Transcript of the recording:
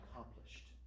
accomplished